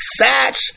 Satch